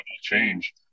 change